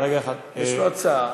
יש לו הצעה.